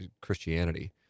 Christianity